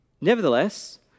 Nevertheless